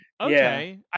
Okay